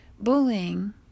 bullying